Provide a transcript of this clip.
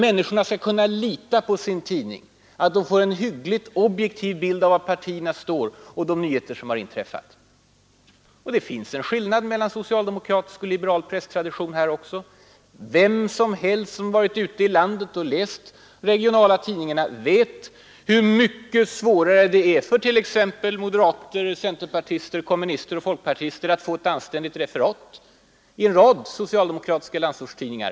Människorna skall kunna lita på sin tidning och veta att de får en hyggligt objektiv bild av var partierna står och av de nyheter som inträffat. Där finns också en skillnad mellan socialdemokratisk och liberal presstradition. Vem som helst som läst de regionala tidningarna vet hur svårt det är för moderater, centerpartister, kommunister och folkpartister att få ett anständigt referat i en rad socialdemokratiska landsortstidningar.